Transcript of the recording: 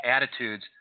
attitudes